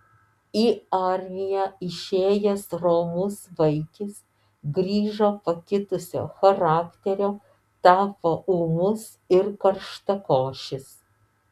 į armiją išėjęs romus vaikis grįžo pakitusio charakterio tapo ūmus ir karštakošis